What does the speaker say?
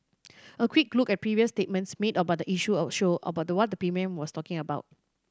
a quick look at previous statements made about the issue of show about what the P M was talking about